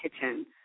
kitchen